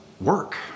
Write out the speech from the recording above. work